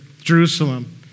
Jerusalem